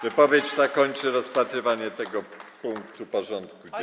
Wypowiedź ta kończy rozpatrywanie tego punktu porządku dziennego.